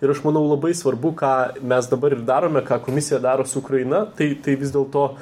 ir aš manau labai svarbu ką mes dabar ir darome ką komisija daro su ukraina tai tai vis dėlto